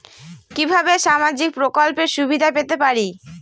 কিভাবে সামাজিক প্রকল্পের সুবিধা পেতে পারি?